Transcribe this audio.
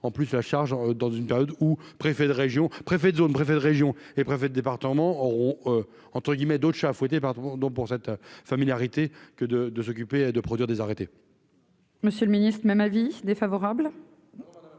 en plus la charge dans une période où, préfet de région, préfet de zone, préfet de région et préfet de département auront entre guillemets, d'autres chats à fouetter, pardon pour cette familiarité que de de s'occuper de produire des arrêtés. Monsieur le Ministre, même avis défavorable.